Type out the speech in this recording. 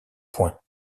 points